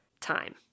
time